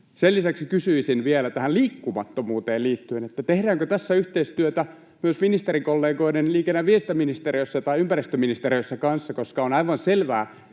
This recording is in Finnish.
Sen lisäksi kysyisin vielä tähän liikkumattomuuteen liittyen, tehdäänkö tässä yhteistyötä myös ministerikollegoiden kanssa liikenne- ja viestintäministeriössä tai ympäristöministeriössä, koska on aivan selvää,